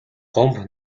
гомбо